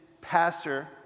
pastor